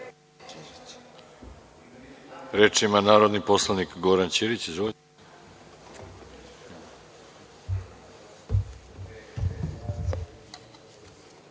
Reč ima narodni poslanik Goran Ćirić.